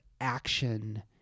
action